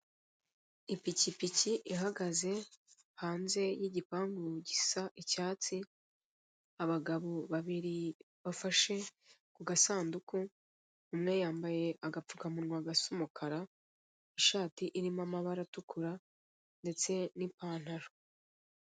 Ipikipiki ihagaze hanze y'igipangu gisa icyatsi, abagabo babiri bafashe ku gasanduku, umwe yambaye agapfukamunwa gasa umukara, ishati ririmo amabara atukura ndetse n'ipantaro.